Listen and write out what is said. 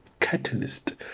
catalyst